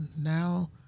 now